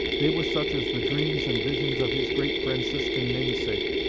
they were such as the dreams and visions of his great franciscan namesake,